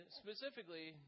specifically